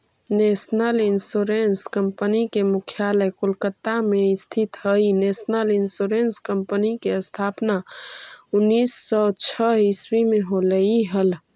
national insurance company के मुख्यालय कोलकाता में स्थित हइ नेशनल इंश्योरेंस कंपनी के स्थापना उन्नीस सौ छः ईसवी में होलई हल